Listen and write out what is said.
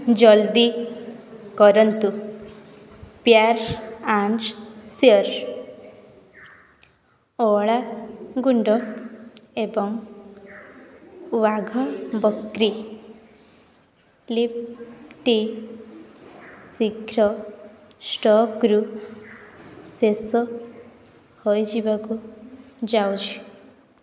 ଜଲ୍ଦି କରନ୍ତୁ pure and sure ଅଁଳା ଗୁଣ୍ଡ ଏବଂ ୱାଘ ବକ୍ରି ଲିଫ୍ ଟି ଶୀଘ୍ର ଷ୍ଟକ୍ରୁ ଶେଷ ହୋଇଯିବାକୁ ଯାଉଛି